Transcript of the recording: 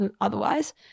otherwise